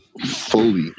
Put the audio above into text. fully